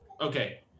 okay